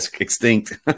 extinct